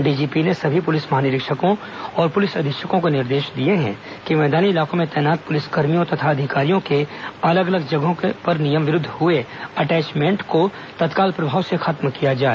DGP ने सभी police महानिरीक्षकों और पुलिस अधीक्षकों को निर्देश दिया है कि मैदानी इलाकों में तैनात पुलिस कर्मियों तथा अधिकारियों के अलग अलग जगहों पर नियम विरूद्व हुए अटैचमेंट को तत्काल प्रभाव से खत्म किया जाए